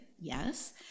yes